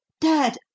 Dad